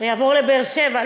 תעברי לבאר-שבע.